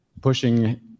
pushing